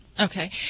Okay